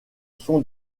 sont